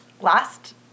last